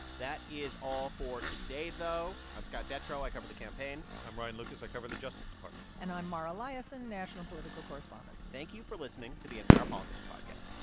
that is all for today, though i'm scott detrow. i cover the campaign i'm ryan lucas. i cover the justice department and i'm mara liasson, national political correspondent thank you for listening to the npr politics podcast